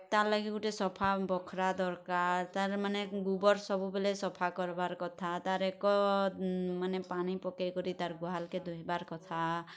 ତା ଲାଗି ଗୁଟେ ସଫା ବଖରା ଦରକାର୍ ତାର୍ ମାନେ ଗୁବର୍ ସବୁବେଲେ ସଫା କର୍ବାର୍ କଥା ତାର୍ ଏକ ମାନେ ପାନି ପକେଇ କରି ତାର୍ ଗୁହାଲ୍ କେ ଧୁଇବାର୍ କଥା